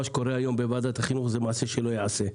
מה שקורה היום בוועדת החינוך זה מעשה שלא ייעשה.